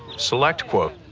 selectquote.